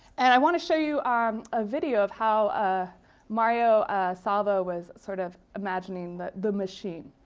and i want to show you ah um a video of how ah mario savio was sort of imagining the the machine.